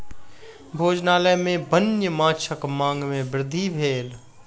भोजनालय में वन्य माँछक मांग में वृद्धि भेल